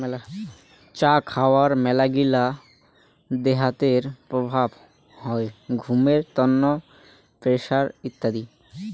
চা খাওয়ার মেলাগিলা দেহাতের প্রভাব হই ঘুমের তন্ন, প্রেসার ইত্যাদি